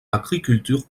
agriculture